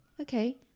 Okay